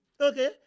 okay